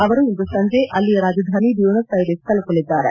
ಅವರು ಇಂದು ಸಂಜೆ ಅಲ್ಲಿಯ ರಾಜಧಾನಿ ಬ್ಲೂನಸ್ ಐರಿಸ್ ತಲುಪಲಿದ್ದಾರೆ